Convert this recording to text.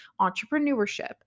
entrepreneurship